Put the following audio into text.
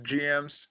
GM's